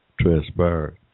transpired